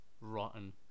Rotten